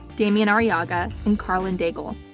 damian arriaga and karlyn daigle.